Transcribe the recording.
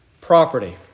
property